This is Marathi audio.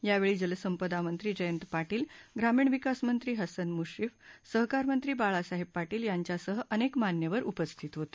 यावेळी जलसंपदा मंत्री जयंत पाटील ग्रामीण विकास मंत्री हसन मृश्रीफ सहकार मंत्री बाळासाहेब पाटील यांच्यासह अनेक मान्यवर उपस्थित होते